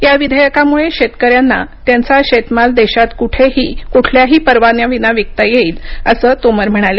या विधेयकामुळे शेतकऱ्यांना त्यांचा शेतमाल देशात कुठेही कुठल्याही परवान्याविना विकता येईल असं तोमर म्हणाले